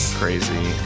crazy